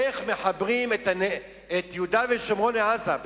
איך מחברים את יהודה ושומרון לעזה?